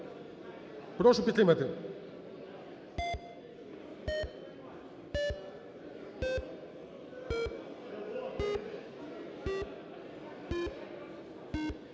Прошу підтримати.